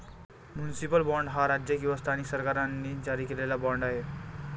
municipal bond हा राज्य किंवा स्थानिक सरकारांनी जारी केलेला बाँड आहे